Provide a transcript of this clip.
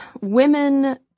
women